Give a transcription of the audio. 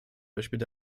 beispiel